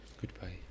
Goodbye